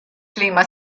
clima